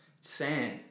sand